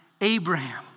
Abraham